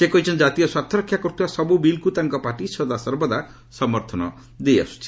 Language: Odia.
ସେ କହିଛନ୍ତି ଜାତୀୟ ସ୍ୱାର୍ଥରକ୍ଷା କରୁଥିବା ସବୁ ବିଲ୍କୁ ତାଙ୍କ ପାର୍ଟି ସଦାସର୍ବଦା ସମର୍ଥନ ଦେଇଆସୁଛି